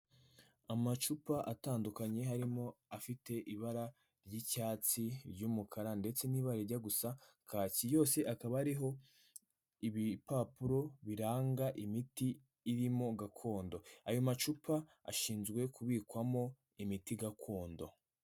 Amacupa atandukanye harimo afite ibara ry'icyatsi, iry'umukara ndetse n'ibara rijya gusa kaki. Yose akaba ariho ibipapuro biranga imiti irimo gakondo, ayo macupa ashinzwe kubikwamo imiti gakondo.